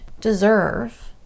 deserve